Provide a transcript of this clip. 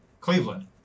Cleveland